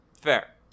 Fair